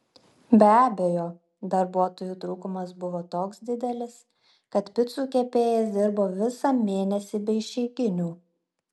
be abejo darbuotojų trūkumas buvo toks didelis kad picų kepėjas dirbo visą mėnesį be išeiginių